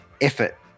effort